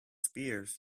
spears